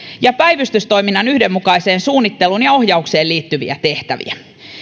ja päivystystoiminnan yhdenmukaiseen suunnitteluun ja ohjaukseen liittyviä tehtäviä